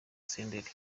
senderi